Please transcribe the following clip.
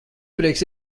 prieks